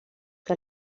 que